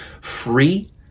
free